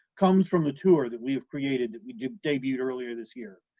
comes from the tour that we have created that we debuted earlier this year.